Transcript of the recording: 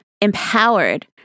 empowered